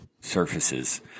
surfaces